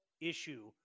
issue